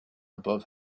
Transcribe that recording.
above